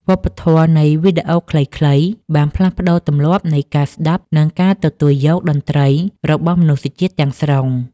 វប្បធម៌នៃវីដេអូខ្លីៗបានផ្លាស់ប្តូរទម្លាប់នៃការស្ដាប់ និងការទទួលយកតន្ត្រីរបស់មនុស្សជាតិទាំងស្រុង។